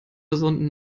sonden